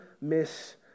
miss